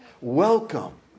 welcome